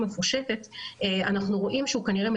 תודה, עורך דין אורן פסטרנק.